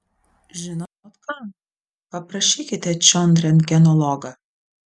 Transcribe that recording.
žinot ką paprašykite čion rentgenologą